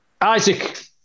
Isaac